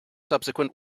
subsequent